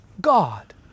God